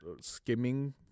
skimming